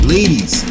Ladies